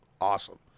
awesome